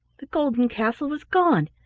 the golden castle was gone,